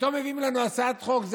ופתאום מביאים לנו הצעת חוק.